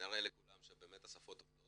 שנראה לכולם שזה עובד בכל השפות.